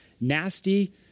nasty